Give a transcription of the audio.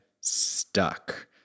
stuck